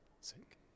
Sick